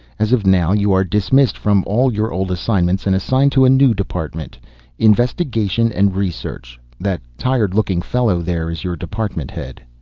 as of now you are dismissed from all your old assignments and assigned to a new department investigation and research. that tired-looking fellow there is your department head.